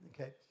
okay